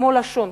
כמו לשון,